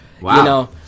Wow